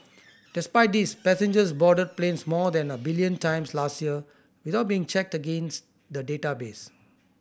despite this passengers boarded planes more than a billion times last year without being checked against the database